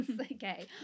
okay